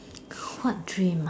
what dream ah